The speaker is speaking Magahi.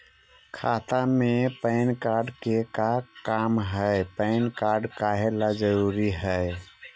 खाता में पैन कार्ड के का काम है पैन कार्ड काहे ला जरूरी है?